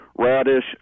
radish